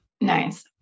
Nice